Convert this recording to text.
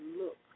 look